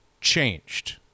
changed